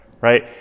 right